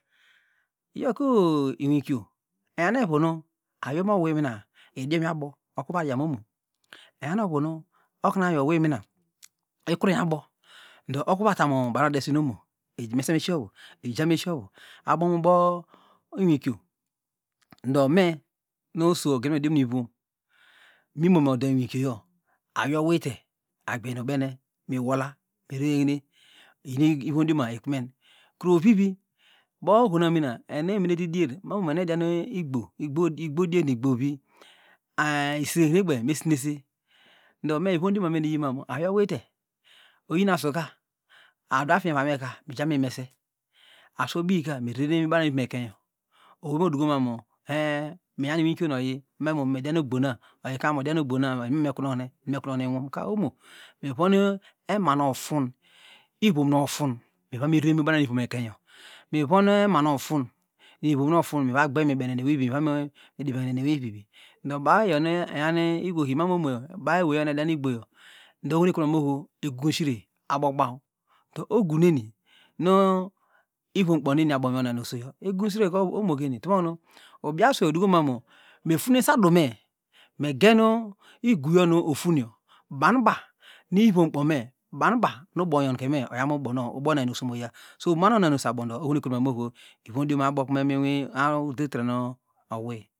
Iyoku inwiko iyaw nuevunu awiye nowina idioma abo okuva dien omo enyanemevunu okunu awiye ohio mina ikureny abo ndo oku va tam banu odesin omo emese meshiovu eja meshiovu abomubo inwiko ndo me nu oso ogenmediomom mimo mu ode inwikoyo awiye owite agbey nu ubene mewola mererehme iyini vomdioma ikmen kru ovivi bo ohona mina ementidier mamo enuadian igbo igbo dier nu igbo vi anh isirehine kpe mesinese ndo womdioma mendo iyin mamu awiye owite oyina suka aduafin inay neka mijam inesa asuobinka merere banu ivom ekany ohomo duko manu enh minynawkio nuoyi mano memidian ogbonna oyinme okunohine mekurehne unwwm ka omo mivon emafun ivom nu ofun warrni rere mubani vomekeyn mivonu ema miva gbeymibene nu eweyvivi vanu divehinene eweyvivi ndo baw eyonu enyam ikpoki mamon baw ewey onu edian igbo ndo ohomi ekotumano ho egugunshre abokubaw uneni nu ivomkpone abon ubo oso egugunshre ka onokeni utomokunu ubiaswey odukoni mefunese adume megan iguyonu ofun banuba nivomkpo me banuba nu ubonyokeme oyomu ubo onyamerey oso moya mamu onyane ewey oso aboyo ohonue ekotumanoho ivomdioma udetre nu awy.